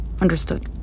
Understood